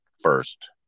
first